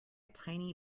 tiny